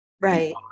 Right